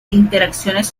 interacciones